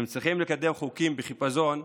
אם צריכים לקדם חוקים בחיפזון,